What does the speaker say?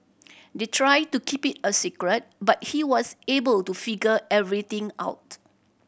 they tried to keep it a secret but he was able to figure everything out